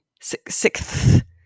sixth